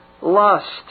lust